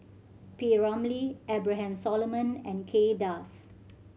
P Ramlee Abraham Solomon and Kay Das